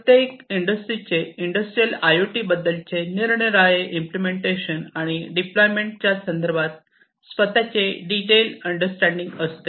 प्रत्येक इंडस्ट्रीचे industrial I O T बद्दलचे निरनिराळे इम्पलेमेंटेशन आणि डिप्लोयमेंट यासंदर्भात स्वतःचे डिटेल अंडरस्टँडिंग असते